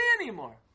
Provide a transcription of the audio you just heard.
anymore